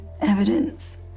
Evidence